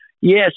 Yes